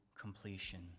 completion